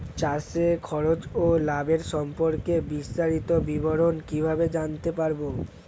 চাষে খরচ ও লাভের সম্পর্কে বিস্তারিত বিবরণ কিভাবে জানতে পারব?